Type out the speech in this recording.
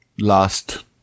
last